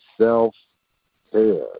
Self-care